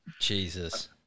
Jesus